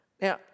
Now